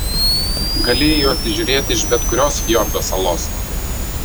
galėjai juos įžiūrėti iš bet kurios fjordo salos